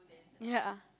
ya